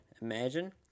imagine